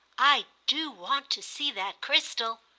i do want to see that crystal!